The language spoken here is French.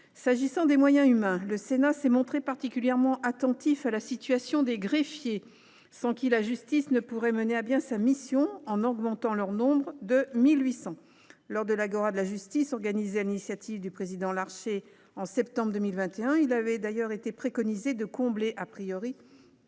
S’agissant des moyens humains, le Sénat s’est montré particulièrement attentif à la situation des greffiers, sans lesquels la justice ne pourrait mener à bien sa mission, en augmentant leur nombre de 1 800. Lors de l’Agora de la justice organisée sur l’initiative du président Larcher en septembre 2021, il avait d’ailleurs été préconisé de combler, en priorité,